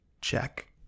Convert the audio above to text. Check